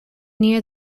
near